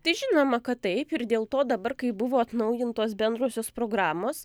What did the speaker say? tai žinoma kad taip ir dėl to dabar kai buvo atnaujintos bendrosios programos